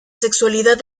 sexualidad